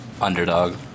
Underdog